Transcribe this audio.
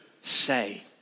say